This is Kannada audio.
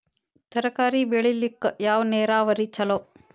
ತರಕಾರಿ ಬೆಳಿಲಿಕ್ಕ ಯಾವ ನೇರಾವರಿ ಛಲೋ?